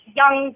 young